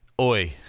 oi